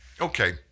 Okay